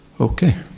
Okay